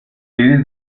iris